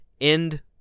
end